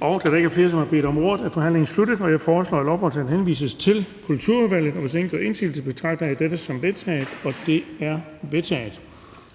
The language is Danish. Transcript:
Da der ikke er flere, som har bedt om ordet, er forhandlingen sluttet. Jeg foreslår, at lovforslaget henvises til Kulturudvalget. Og hvis ingen gør indsigelse, betragter jeg dette som vedtaget. Det er vedtaget.